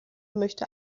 möchte